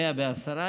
110,